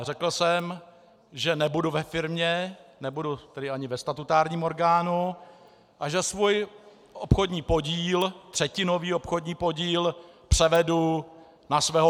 Řekl jsem, že nebudu ve firmě, nebudu ani ve statutárním orgánu a že svůj obchodní podíl, třetinový obchodní podíl, převedu na svého syna.